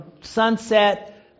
sunset